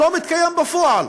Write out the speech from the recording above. לא מתקיים בפועל.